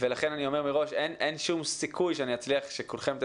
אני אומר מראש שאין שום סיכוי שנצליח לשמוע את כולכם.